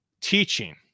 teaching